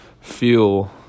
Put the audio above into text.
feel